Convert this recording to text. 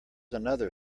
another